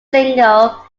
single